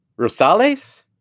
Rosales